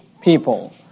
people